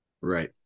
Right